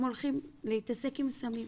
הם הולכים להתעסק עם סמים,